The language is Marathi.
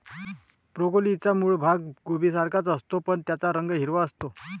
ब्रोकोलीचा मूळ भाग कोबीसारखाच असतो, पण त्याचा रंग हिरवा असतो